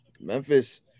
Memphis